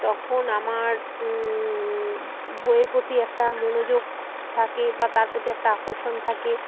তখন আমার বইয়ের প্রতি একটা মনোযোগ থাকে বা তার প্রতি একটা আকর্ষণ থাকে